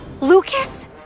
Lucas